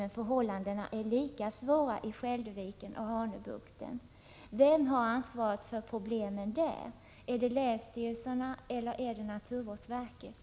Men förhållandena är lika svåra i Skälderviken och Hanöbukten. Vem har ansvaret för problemen där? Är det länsstyrelserna eller är det naturvårdsverket?